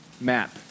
map